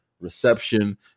reception